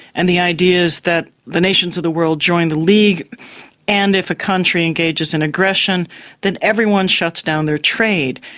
and the idea is that the nations of the world join the league and if a country engages in aggression then everyone shuts down their trade.